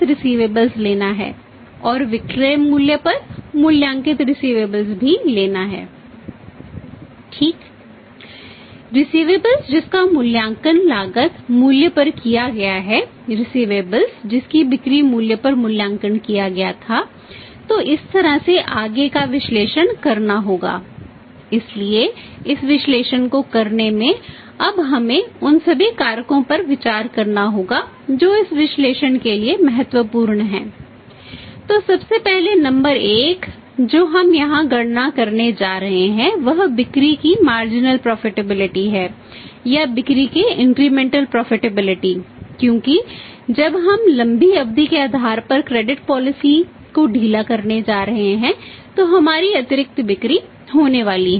receivables को ढीला करने जा रहे हैं तो हमारी अतिरिक्त बिक्री होने वाली है